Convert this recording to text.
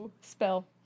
Spell